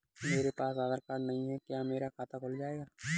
मेरे पास आधार कार्ड नहीं है क्या मेरा खाता खुल जाएगा?